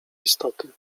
istoty